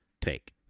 take